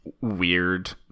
weird